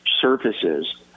surfaces